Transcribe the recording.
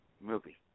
movie